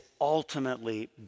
ultimately